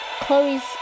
Chloe's